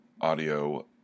audio